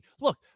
look